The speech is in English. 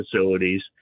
facilities